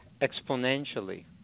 exponentially